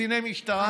לקציני משטרה.